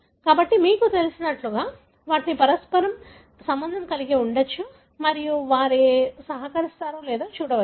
కాబట్టి మీకు తెలిసినట్లుగా వాటిని పరస్పర సంబంధం కలిగి ఉండవచ్చు మరియు వారు సహకరిస్తారో లేదో చూడవచ్చు